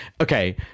Okay